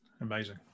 amazing